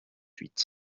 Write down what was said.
huit